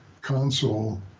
console